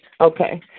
Okay